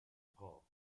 paul